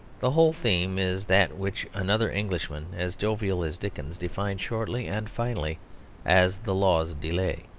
the whole theme is that which another englishman as jovial as dickens defined shortly and finally as the law's delay.